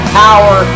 power